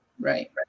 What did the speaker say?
Right